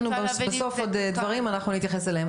לנו בסוף עוד דברים אנחנו נתייחס אליהם.